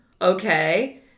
okay